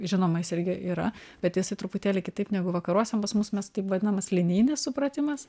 žinoma jis irgi yra bet jisai truputėlį kitaip negu vakaruose pas mus mes taip vadinamas linijinis supratimas